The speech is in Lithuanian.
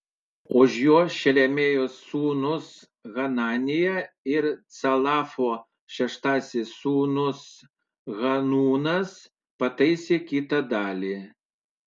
už jo šelemijos sūnus hananija ir calafo šeštasis sūnus hanūnas pataisė kitą dalį